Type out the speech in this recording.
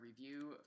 review